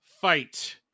fight